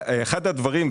אחד הדברים,